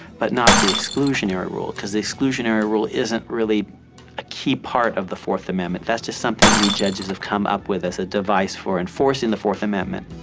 but not the exclusionary rule, because the exclusionary rule isn't really a key part of the fourth amendment. that's just something that we judges have come up with as a device for enforcing the fourth amendment.